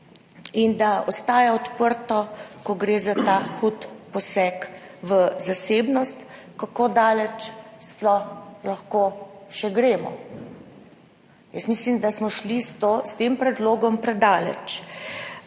in da ostaja odprto, ko gre za ta hud poseg v zasebnost, kako daleč sploh lahko še gremo. Jaz mislim, da smo šli s tem predlogom predaleč.